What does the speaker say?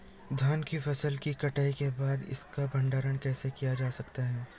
धान की फसल की कटाई के बाद इसका भंडारण कैसे किया जा सकता है?